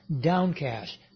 downcast